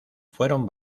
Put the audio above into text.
fueron